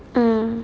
mm